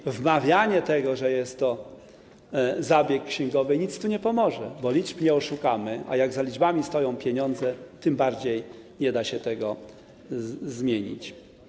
I wmawianie tego, że jest to zabieg księgowy, nic tu nie pomoże, bo liczb nie oszukamy, a jak za liczbami stoją pieniądze, tym bardziej nie da się tego zmienić.